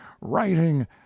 writing